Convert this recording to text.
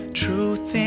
truth